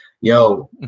Yo